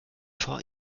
vor